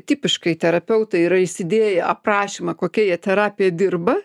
tipiškai terapeutai yra įsidėję aprašymą kokie jie terapija dirba